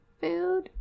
food